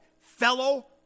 fellow